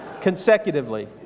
consecutively